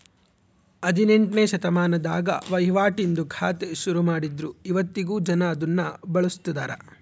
ಹದಿನೆಂಟ್ನೆ ಶತಮಾನದಾಗ ವಹಿವಾಟಿಂದು ಖಾತೆ ಶುರುಮಾಡಿದ್ರು ಇವತ್ತಿಗೂ ಜನ ಅದುನ್ನ ಬಳುಸ್ತದರ